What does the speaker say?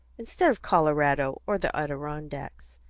instead of colorado or the adirondacks.